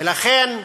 ולכן,